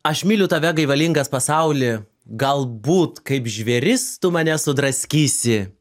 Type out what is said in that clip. aš myliu tave gaivalingas pasauli gal būt kaip žvėris tu mane sudraskysi